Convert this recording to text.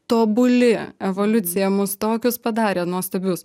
tobuli evoliucija mus tokius padarė nuostabius